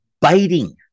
biting